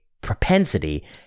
propensity